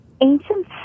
Ancient